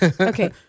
Okay